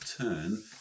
turn